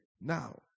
now